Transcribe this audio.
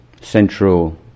central